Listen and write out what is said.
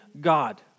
God